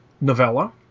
novella